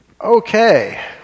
Okay